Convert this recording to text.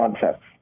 concepts